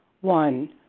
One